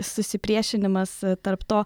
susipriešinimas tarp to